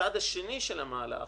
הצד השני של המהלך